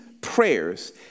prayers